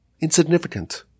insignificant